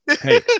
Hey